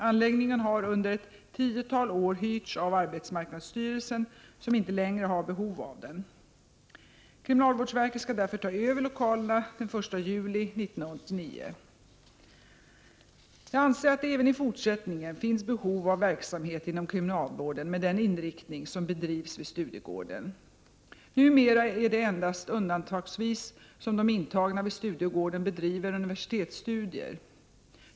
Anläggningen har under ett tiotal år hyrts av arbetsmarknadsstyrelsen, som inte längre har behov av den. Kriminalvårdsverket skall därför ta över lokalerna den 1 juli 1989. Jag anser att det även i fortsättningen finns behov av verksamhet inom kriminalvården med den inriktning som bedrivs vid Studiegården. Numera är det endast undantagsvis som de intagna vid Studiegården bedriver universitetsstudier.